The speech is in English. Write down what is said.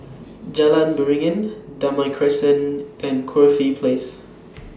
Jalan Beringin Damai Crescent and Corfe Place